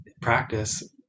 practice